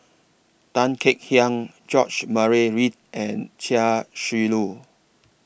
Tan Kek Hiang George Murray Reith and Chia Shi Lu